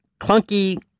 clunky